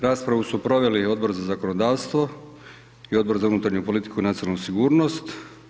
Raspravu su proveli Odbor za zakonodavstvo i Odbor za unutarnju politiku i nacionalnu sigurnost.